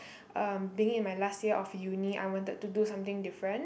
um being in my last year of uni I wanted to do something different